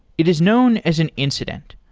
it is known as an incident.